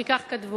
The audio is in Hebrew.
כי כך כתבו?